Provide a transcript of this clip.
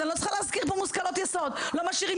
אני לא צריכה להזכיר לכם מושכלות יסוד לא משאירים